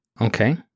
Okay